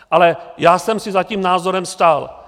Ale já jsem si za tím názorem stál.